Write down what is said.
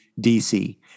dc